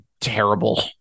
terrible